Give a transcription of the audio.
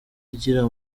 igira